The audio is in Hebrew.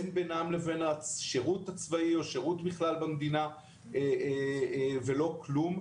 אין בינם לבין השירות הצבאי או שירות בכלל במדינה ולא כלום.